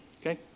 Okay